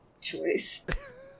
choice